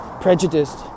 prejudiced